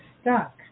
stuck